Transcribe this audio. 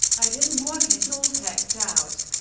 i didn't want it all teched out.